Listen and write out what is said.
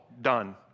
done